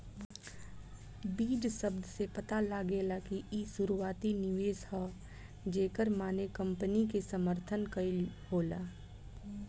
बीज शब्द से पता लागेला कि इ शुरुआती निवेश ह जेकर माने कंपनी के समर्थन कईल होला